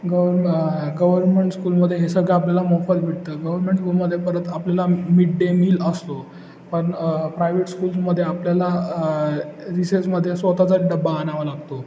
गव्हर्म government स्कूलमध्ये हे सगळं आपल्याला मोफत भेटतं गव्हर्मेंट स्कूलमध्ये परत आपल्याला मिड डे मील असतो पण प्रायवेट स्कूल्समध्ये आपल्याला रिसेसमध्ये स्वतःचा डबा आणावा लागतो